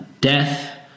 death